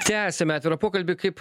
tęsiame atvirą pokalbį kaip